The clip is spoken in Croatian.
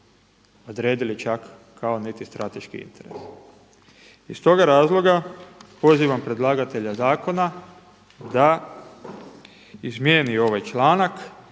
odredili čak ni kao strateški interes. Iz toga razloga pozivam predlagatelja zakona da izmijeni ovaj članak